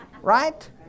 Right